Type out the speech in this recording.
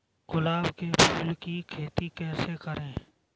गुलाब के फूल की खेती कैसे करें?